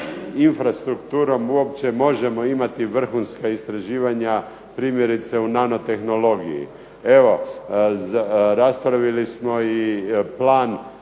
infrastrukturom uopće možemo imati vrhunska istraživanja primjerice u nanotehnologiji? Evo, raspravili smo i Plan